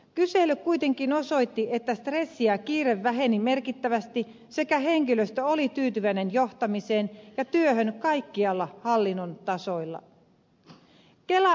kysely kuitenkin osoitti että stressi ja kiire vähenivät merkittävästi ja henkilöstö oli tyytyväinen johtamiseen ja työhön kaikkialla hallinnon tasoilla